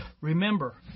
remember